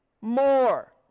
more